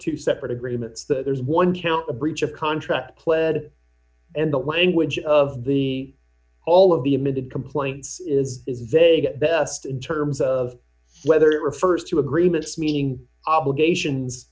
two separate agreements that there's one count the breach of contract pled and the language of the all of the admitted complaints is is very best in terms of whether it refers to agreements meaning obligations